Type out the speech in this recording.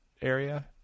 area